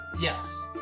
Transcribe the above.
Yes